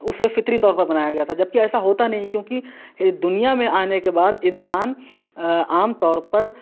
اُسے فطری طور پر بنایا گیا تھا جب کہ ایسا ہوتا نہیں کیونکہ دنیا میں آنے کے بعد انسان عام طور پر